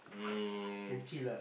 um